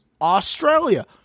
Australia